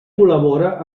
col·labora